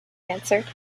answered